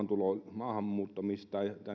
maahanmuuttamis tai